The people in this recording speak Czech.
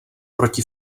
proti